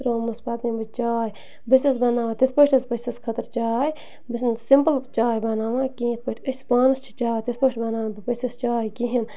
ترٛوومَس پَتہٕ نِمہٕ بہٕ چاے بہٕ چھَس بناوان تِتھٕ پٲٹھۍ حظ پٔژھِس خٲطرٕ چاے بہٕ چھَس نہٕ سِمپُل چاے بناوان کِہیٖنٛۍ یِتھٕ پٲٹھۍ أسۍ پانَس چھِ چاے تِتھٕ پٲٹھۍ بَناوان بہٕ پٔژھِس چاے کِہیٖنۍ